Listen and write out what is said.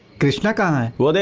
village like guy who